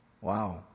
Wow